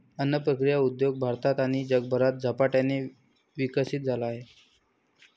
अन्न प्रक्रिया उद्योग भारतात आणि जगभरात झपाट्याने विकसित झाला आहे